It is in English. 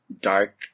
dark